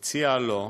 הוא הציע לו,